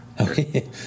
Okay